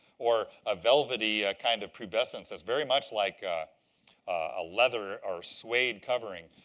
or a velvety kind of pubescence that's very much like ah a leather or suede covering,